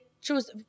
choose